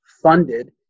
funded